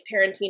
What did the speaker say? Tarantino